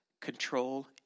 Control